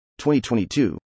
2022